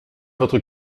votre